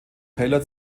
taylor